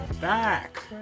back